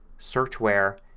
search where,